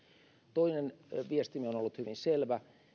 toinen viestimme on ollut hyvin selvä